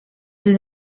his